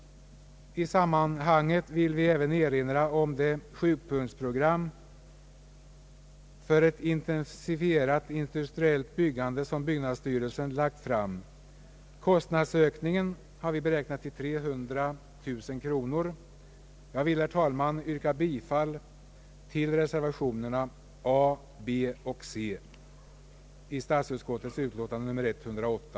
I sammanhanget vill vi även erinra om det sjupunktsprogram för ett intensifierat industriellt byggande som byggnadsstyrelsen har lagt fram. Kostnadsökningen har vi beräknat till 300 000 kronor. Jag vill, herr talman, yrka bifall till reservationerna a, b och c vid statsutskottets utlåtande nr 108.